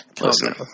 Listen